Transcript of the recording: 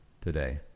today